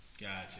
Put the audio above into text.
Gotcha